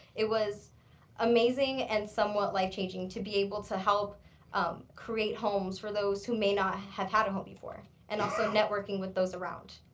it was amazing and somewhat life changing to be able to help um create homes for those who may not have had a home before and also networking with those around.